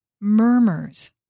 murmurs